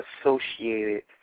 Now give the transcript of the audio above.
associated